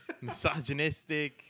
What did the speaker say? misogynistic